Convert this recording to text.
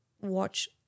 watch